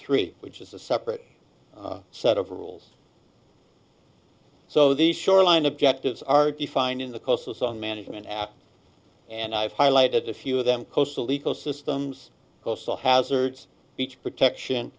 three which is a separate set of rules so the shoreline objectives are defined in the courses on management and i've highlighted a few of them coastal ecosystems coastal hazards beach protection